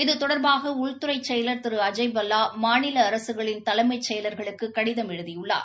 இது தொடர்பாக உள்துறை செயலர் திரு அஜய் பல்லா மாநில அரசுகளின் தலைமை செயலர்களுக்கு கடிதம் எழுதியுள்ளார்